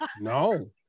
no